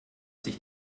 sich